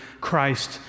Christ